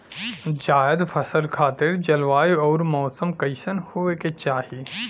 जायद फसल खातिर जलवायु अउर मौसम कइसन होवे के चाही?